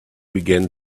began